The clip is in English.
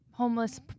homeless